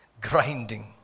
grinding